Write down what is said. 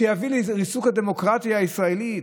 חוק הג'ובים, שיביא לי לריסוק הדמוקרטיה הישראלית,